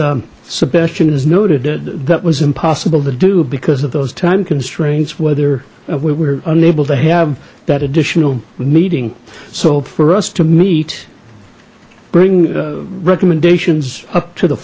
sebastian is noted that was impossible to do because of those time constraints whether we were unable to have that additional meeting so for us to meet bring recommendations up to the